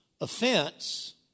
offense